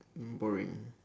mm boring